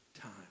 time